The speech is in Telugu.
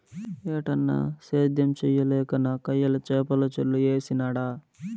ఏటన్నా, సేద్యం చేయలేక నాకయ్యల చేపల చెర్లు వేసినాడ